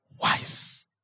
Wise